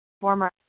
Former